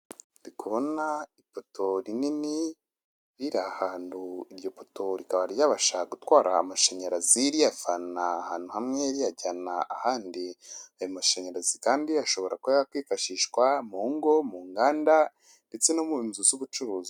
Ndi kubona ipoto rinini riri ahantu, iryo poto rikaba ryabasha gutwara amashanyarazi. Riyava ahantu hamwe rikajya ahandi, ayo mashanyarazi akaba ashobora kuba yakwifashishwa mu ngo, mu nganda, ndetse no mu nzu z'ubucuruzi.